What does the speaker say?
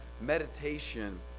meditation